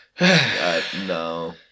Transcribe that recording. no